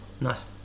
Nice